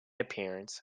appearance